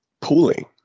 pooling